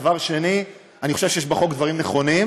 2. אני חושב שיש בחוק דברים נכונים,